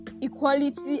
equality